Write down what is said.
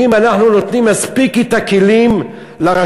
האם אנחנו נותנים מספיק את הכלים לרשויות,